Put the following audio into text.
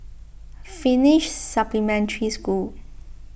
Finnish Supplementary School